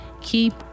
Keep